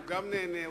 הוא גם נהנה,